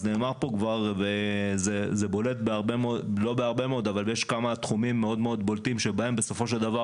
אז נאמר פה כבר וזה בולט בכמה תחומים מאוד בולטים שבהם בסופו של דבר